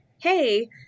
hey